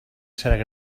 cert